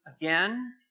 again